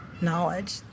knowledge